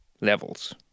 levels